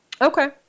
Okay